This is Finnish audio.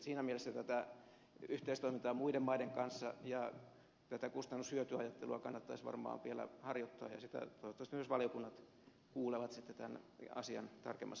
siinä mielessä tätä yhteistoimintaa muiden maiden kanssa ja tätä kustannushyöty ajattelua kannattaisi varmaan vielä harjoittaa ja siitä toivottavasti myös valiokunnat kuulevat sitten tämän asian tarkemmassa käsittelyssä